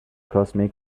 cosmic